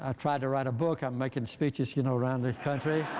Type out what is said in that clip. ah tried to write a book. i'm making speeches, you know, around the country.